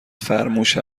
فرموش